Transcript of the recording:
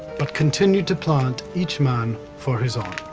but continued to plant each man for his own.